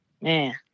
man